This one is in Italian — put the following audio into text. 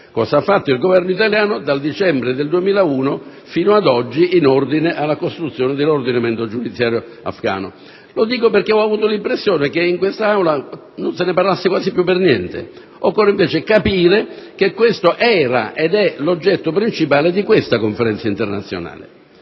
parte, ma il Governo italiano dal dicembre 2001 fino ad oggi, in ordine alla costruzione dell'ordinamento giudiziario afghano. Lo dico perché ho avuto l'impressione che non se ne parlasse quasi più. Occorre invece capire che questo era, ed è, l'oggetto principale della Conferenza internazionale,